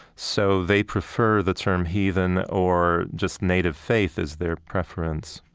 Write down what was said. so they prefer the term heathen or just native faith is their preference,